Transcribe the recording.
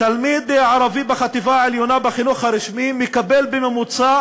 תלמיד ערבי בחטיבה העליונה בחינוך הרשמי מקבל בממוצע